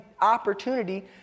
opportunity